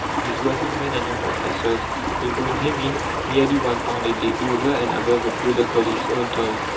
his working men and apprentices will bring him in nearly one pound a day, over and above the product of his own toil.